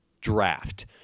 draft